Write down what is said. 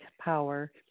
power